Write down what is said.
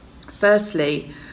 firstly